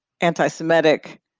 anti-Semitic